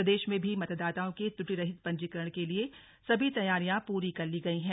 प्रदेश में भी मतदाताओं के त्रुटिरहित पंजीकरण के लिए सभी तैयारियां पूरी कर ली गई हैं